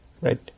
Right